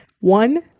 One